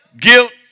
guilt